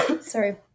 sorry